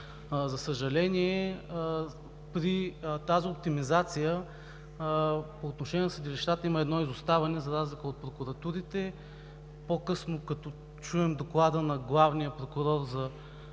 За съжаление, при тази оптимизация по отношение на съдилищата има едно изоставане, за разлика от прокуратурите. По-късно, като чуем Доклада на главния прокурор за